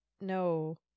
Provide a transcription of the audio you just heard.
No